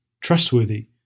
trustworthy